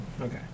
Okay